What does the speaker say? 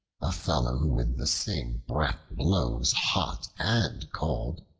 a fellow who with the same breath blows hot and cold.